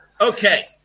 Okay